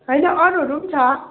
होइन अरूहरू पनि छ